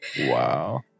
wow